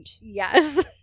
Yes